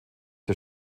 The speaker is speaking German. der